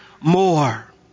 more